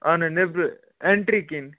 اَہَن حظ نیٚبرٕ اٮ۪نٹرٛی کِنۍ